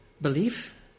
belief